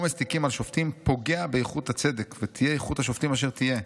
עומס תיקים על שופטים פוגע באיכות הצדק ותהיה איכות השופטים אשר תהיה.